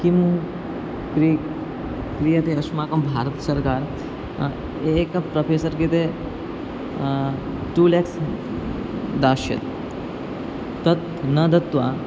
किं किं क्रियते अस्माकं भारतसर्वकारः एकः प्रोफेसर् कृते टु लेक्स् दास्यति तत् न दत्वा